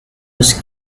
was